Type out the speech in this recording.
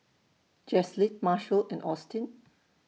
Jaslyn Marshall and Austin